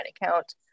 account